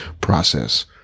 process